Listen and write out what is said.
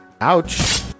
Ouch